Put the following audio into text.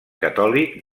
catòlic